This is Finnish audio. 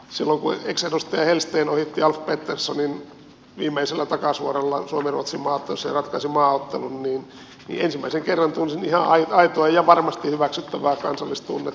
silloin kun ex edustaja hellsten ohitti alf petterssonin viimeisellä takasuoralla suomiruotsi maaottelussa ja ratkaisi maaottelun niin ensimmäisen kerran tunsin ihan aitoa ja varmasti hyväksyttävää kansallistunnetta